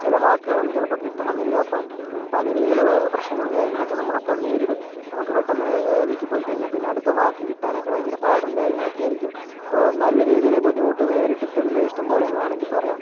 ചില വാക്കുകളൊന്നും ചിലപ്പം കിട്ടണമെന്നില്ല അപ്പം പല രീതിയിലുള്ള പ്രശ്നങ്ങളും കാര്യങ്ങളുമൊക്കെ നമ്മളപ്പം നേരിടും നമുക്ക് പെട്ടന്ന് വിക്കി പോയി കഴിഞ്ഞാൽ പിന്നെ അടുത്ത വാക്ക് കിട്ടാനൊക്കെ ഭയങ്കര പാടും കാര്യങ്ങളൊക്കെ ആയിരിക്കും അപ്പോൾ നല്ല രീതിയില് ബുദ്ധിമുട്ട് നേരിട്ടിട്ടുണ്ട് ഇഷ്ട്ടം പോലെന്ന് വേണമെങ്കിൽ പറയാം